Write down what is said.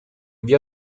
via